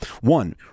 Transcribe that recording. One